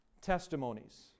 testimonies